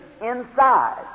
inside